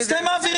אז אתם מעבירים.